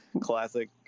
classic